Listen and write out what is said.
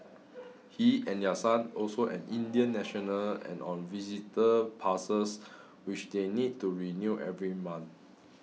he and their son also an Indian national and on visitor passes which they need to renew every month